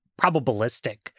probabilistic